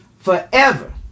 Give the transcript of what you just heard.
Forever